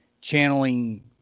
channeling